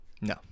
No